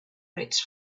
its